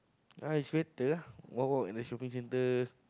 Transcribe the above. uh it's better ah walk walk in the shopping centre